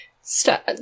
Stop